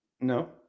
No